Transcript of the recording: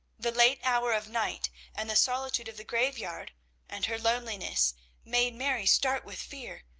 the late hour of night and the solitude of the graveyard and her loneliness made mary start with fear.